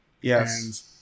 Yes